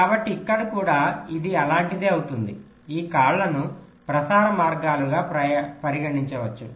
కాబట్టి ఇక్కడ కూడా ఇది అలాంటిదే అవుతుంది ఈ కాళ్ళను ప్రసార మార్గాలుగా పరిగణించవచ్చు